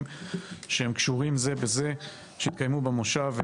שהם קשורים זה בזה שהתקיימו במושב,